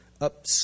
up